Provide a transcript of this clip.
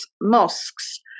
mosques